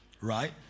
Right